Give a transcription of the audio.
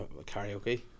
karaoke